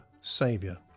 Saviour